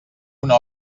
una